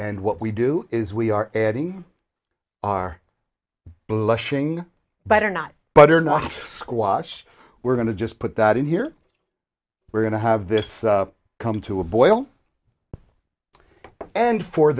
and what we do is we are adding our blushing butter not butter not squash we're going to just put that in here we're going to have this come to a boil and for